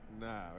No